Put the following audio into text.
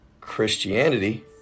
Christianity